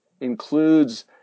includes